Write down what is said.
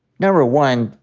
number one,